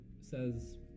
says